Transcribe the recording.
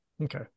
Okay